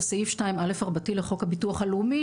זה סעיף 2א' הרבתי לחוק הביטוח הלאומי,